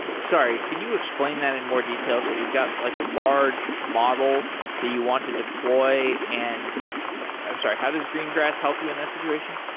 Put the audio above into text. sorry. can you explain that in more detail? so you've got like a large model the you want to deploy and i'm sorry. how does greengrass help you in that situation?